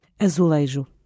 Azulejo